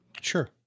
Sure